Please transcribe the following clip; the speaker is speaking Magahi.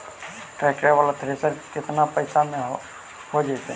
ट्रैक्टर बाला थरेसर केतना पैसा में हो जैतै?